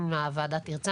אם הוועדה תרצה,